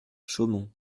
chaumont